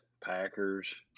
Packers